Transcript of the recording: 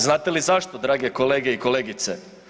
Znate li zašto drage kolege i kolegice?